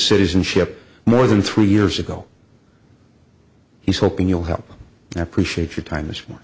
citizenship more than three years ago he's hoping you'll help and appreciate your time this